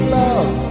love